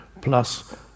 plus